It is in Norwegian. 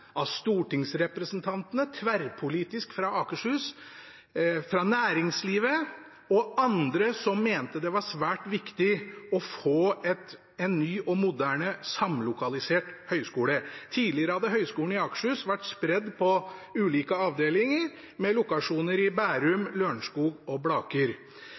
av Akershus fylkeskommune, av stortingsrepresentantene fra Akershus – tverrpolitisk – og fra næringslivet og andre som mente det var svært viktig å få en ny og moderne samlokalisert høyskole. Tidligere hadde Høgskolen i Akershus vært spredt på ulike avdelinger, med lokasjoner i Bærum, Lørenskog og Blaker.